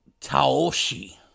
Taoshi